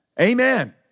Amen